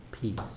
peace